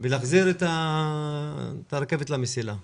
ולהחזיר את הרכבת למסילה.